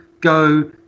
go